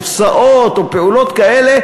46.5 מיליארד